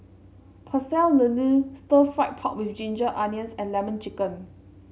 Pecel Lele stir fry pork with Ginger Onions and lemon chicken